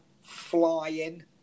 flying